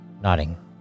nodding